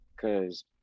cause